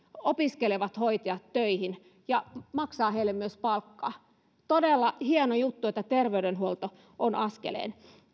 opiskelevat hoitajat töihin ja maksaa heille myös palkkaa todella hieno juttu että terveydenhuolto on askeleen